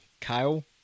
Kyle